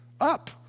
up